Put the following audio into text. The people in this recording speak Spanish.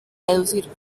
reducir